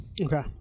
Okay